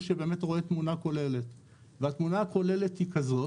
שבאמת רואה תמונה כוללת והתמונה הכוללת היא כזאת,